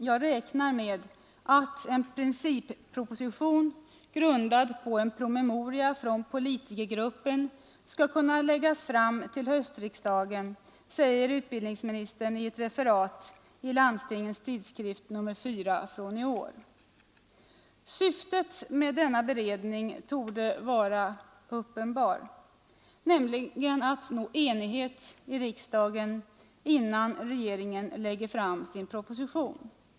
Jag räknar med att en principproposition grundad på en promemoria från politikergruppen skall kunna läggas fram till höstriksdagen, säger utbildningsministern också enligt ett referat i Landstingens tidskrift nr 4 för i år. Syftet med denna beredning torde vara uppenbart, nämligen att nå enighet i riksdagen innan regeringen lägger fram sin proposition.